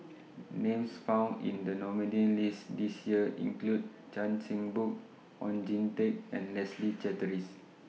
Names found in The nominees' list This Year include Chan Chin Bock Oon Jin Teik and Leslie Charteris